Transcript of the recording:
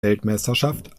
weltmeisterschaft